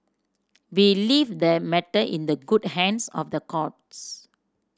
we leave the matter in the good hands of the courts